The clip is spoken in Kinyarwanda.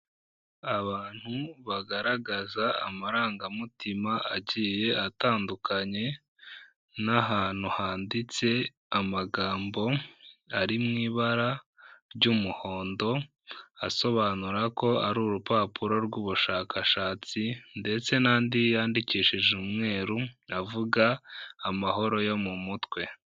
Abantu bagaragaza amarangamutima agiye atandukanye n'ahantu handitse amagambo ari mu ibara ry'umuhondo, asobanura ko ari urupapuro rw'ubushakashatsi ndetse n'andi yandikishije umweru, avuga amahoro yo mu mutwe.